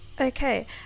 okay